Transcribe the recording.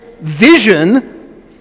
vision